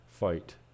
Fight